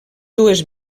dues